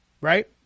Right